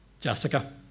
Jessica